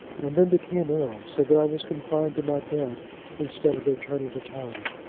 and then became ill so that i was confined to my bed instead of returning to town.